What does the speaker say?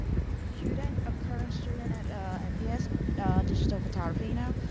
student, a current student at ips digital photography, you know.